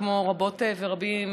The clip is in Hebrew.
זה ועדה, מה אני אגיד לכם?